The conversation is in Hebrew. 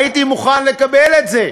הייתי מוכן לקבל את זה,